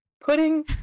pudding